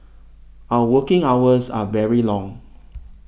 our working hours are very long